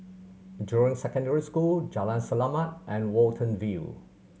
Jurong Secondary School Jalan Selamat and Watten View